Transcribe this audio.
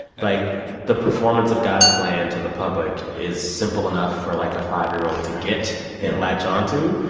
like, the performance of god's plan to the public is simple enough for, like, a five year old to get and latch onto.